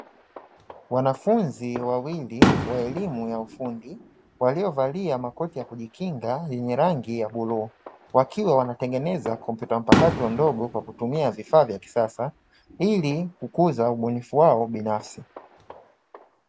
Wanafunzi wawili wa elimu ya ufundi waliovalia makoti ya kujikinga yenye rangi ya bluu, wakiwa wanatengeneza kompyuta mpakato ndogo kwa kutumia vifaa vya kisasa ili kukuza ubunifu wao binafsi.